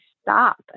stop